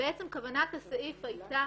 ובעצם כוונת הסעיף היתה